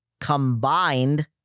combined